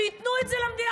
שייתנו את זה למדינה.